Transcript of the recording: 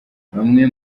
bamwe